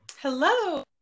Hello